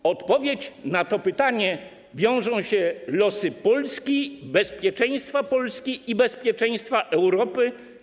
Z odpowiedzią na to pytanie wiążą się losy Polski, bezpieczeństwa Polski i bezpieczeństwa Europy.